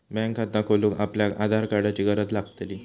bank खाता खोलूक आपल्याक आधार कार्डाची गरज लागतली